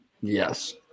Yes